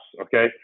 Okay